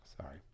Sorry